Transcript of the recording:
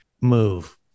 move